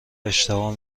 اشتباه